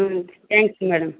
ம் தேங்க்ஸுங்க மேடம்